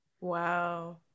wow